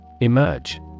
Emerge